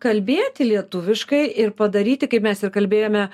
kalbėti lietuviškai ir padaryti kaip mes ir kalbėjome